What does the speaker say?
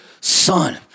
son